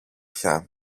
πια